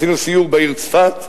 עשינו סיור בעיר צפת,